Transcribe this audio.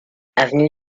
avenue